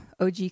OG